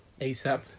asap